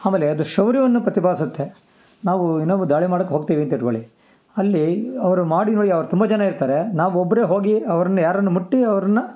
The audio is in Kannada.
ಆಮೇಲೆ ಅದು ಶೌರ್ಯವನ್ನು ಪ್ರತಿಪಾದಿಸತ್ತೆ ನಾವು ಇನೊಬ್ರು ದಾಳಿ ಮಾಡೊಕ್ಕೆ ಹೋಗ್ತಿವೀಂತ ಇಟ್ಕೊಳ್ಳಿ ಅಲ್ಲಿ ಅವರು ಮಾಡಿರೊ ಯಾ ಅವ್ರು ತುಂಬ ಜನ ಇರ್ತಾರೆ ನಾವು ಒಬ್ಬರೆ ಹೋಗಿ ಅವ್ರನ್ನ ಯಾರನ್ನು ಮುಟ್ಟಿ ಅವ್ರನ್ನು